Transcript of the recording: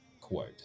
quote